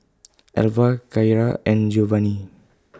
Elva Kyara and Giovani